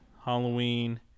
Halloween